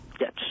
Yes